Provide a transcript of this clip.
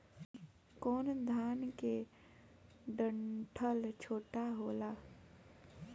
कौन धान के डंठल छोटा होला?